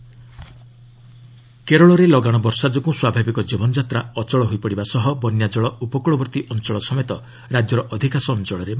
Kerala rain କେରଳରେ ଲଗାଣ ବର୍ଷା ଯୋଗୁଁ ସ୍ୱାଭାବିକ ଜୀବନଯାତ୍ରା ଅଚଳ ହୋଇପଡ଼ିବା ସହ ବନ୍ୟାକଳ ଉପକୃଳବର୍ତ୍ତୀ ଅଞ୍ଚଳ ସମେତ ରାଜ୍ୟର ଅଧିକାଂଶ ଅଞ୍ଚଳରେ ମାଡ଼ିଯାଇଛି